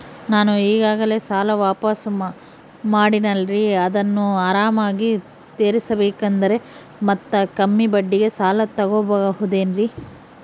ನಾನು ಈಗಾಗಲೇ ಸಾಲ ವಾಪಾಸ್ಸು ಮಾಡಿನಲ್ರಿ ಅದನ್ನು ಆರಾಮಾಗಿ ತೇರಿಸಬೇಕಂದರೆ ಮತ್ತ ಕಮ್ಮಿ ಬಡ್ಡಿಗೆ ಸಾಲ ತಗೋಬಹುದೇನ್ರಿ?